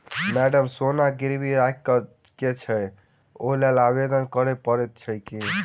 Madam सोना गिरबी राखि केँ छैय ओई लेल आवेदन करै परतै की?